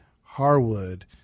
Harwood